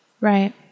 Right